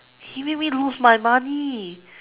he made me lose my money